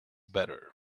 better